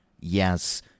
Yes